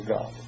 God